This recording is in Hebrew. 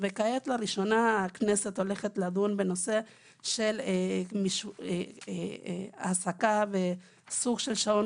כעת לראשונה הכנסת הולכת לדון בנושא של העסקה וסוג של שעון